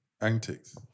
Antics